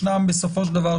בסופו של דבר,